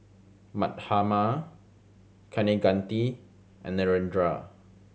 Mahatma Kaneganti and Narendra